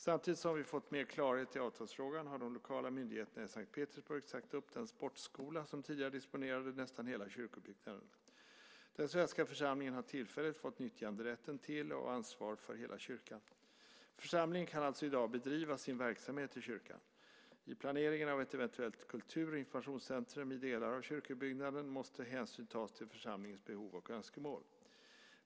Samtidigt som vi fått mer klarhet i avtalsfrågan har de lokala myndigheterna i S:t Petersburg sagt upp den sportskola som tidigare disponerade nästan hela kyrkobyggnaden. Den svenska församlingen har tillfälligt fått nyttjanderätten till och ansvaret för hela kyrkan. Församlingen kan alltså i dag bedriva sin verksamhet i kyrkan. I planeringen av ett eventuellt kultur och informationscentrum i delar av kyrkobyggnaden måste hänsyn tas till församlingens behov och önskemål.